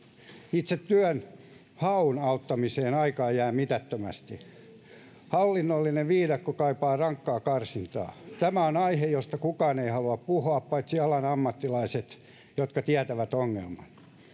itse työnhaun auttamiseen aikaa jää mitättömästi hallinnollinen viidakko kaipaa rankkaa karsintaa tämä on aihe josta kukaan ei halua puhua paitsi alan ammattilaiset jotka tietävät ongelman